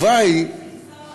למה נכנסת רק עכשיו?